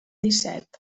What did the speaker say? disset